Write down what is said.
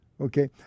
Okay